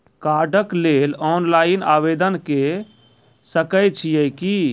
कार्डक लेल ऑनलाइन आवेदन के सकै छियै की?